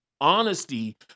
honesty